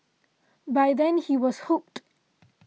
by then he was hooked